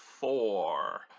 four